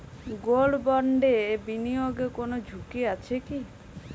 Gold বন্ডে বিনিয়োগে কোন ঝুঁকি আছে কি?